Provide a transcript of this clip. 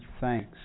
thanks